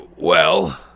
Well